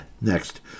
Next